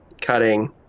cutting